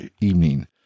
evening